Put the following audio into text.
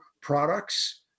products